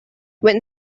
when